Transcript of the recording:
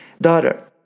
daughter